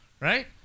right